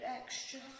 extra